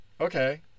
Okay